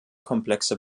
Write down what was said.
komplexe